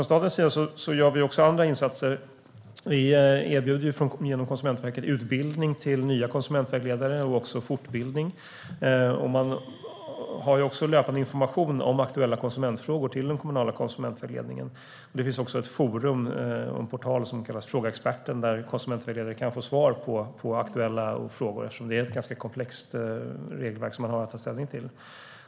Staten gör också andra insatser. Genom Konsumentverket erbjuds utbildning och fortbildning till nya konsumentvägledare. Det ges löpande information om aktuella konsumentfrågor till den kommunala konsumentvägledningen. Det finns också ett forum, en portal, kallad Fråga experten där konsumentvägledare kan få svar på aktuella frågor. Det är ett komplext regelverk att ta ställning till.